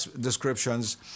descriptions